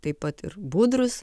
taip pat ir budrūs